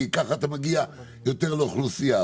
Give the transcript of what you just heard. כי ככה אתה מגיע יותר לאוכלוסייה.